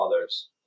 others